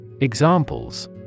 Examples